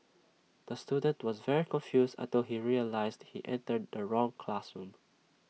the student was very confused until he realised he entered the wrong classroom